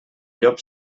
llop